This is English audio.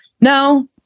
No